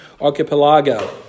archipelago